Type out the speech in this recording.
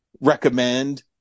recommend